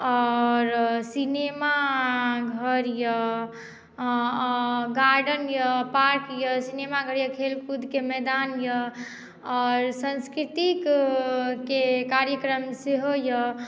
आओर सिनेमाघर यए गार्डन यए पार्क यए सिनेमाघर यए खेल कूदक मैदान यए आओर संस्कृतिके कार्यक्रम सेहो यए